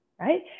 right